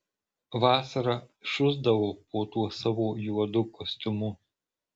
vasarą šusdavo po tuo savo juodu kostiumu